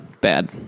Bad